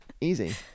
easy